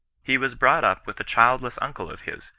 he was brought up with a childless uncle of his,